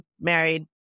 married